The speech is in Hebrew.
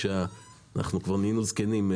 אנחנו כבר נהיינו זקנים,